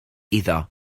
iddo